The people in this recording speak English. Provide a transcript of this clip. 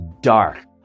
dark